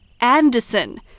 Anderson